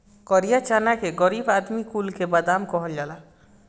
करिया चना के गरीब आदमी कुल के बादाम कहल जाला